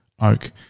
oak